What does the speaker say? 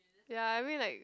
ya I mean like